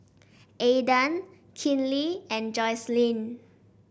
Aedan Kinley and Jocelyne